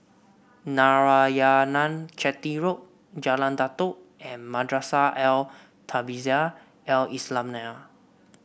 Narayanan Chetty Road Jalan Datoh and Madrasah Al Tahzibiah Al Islamiah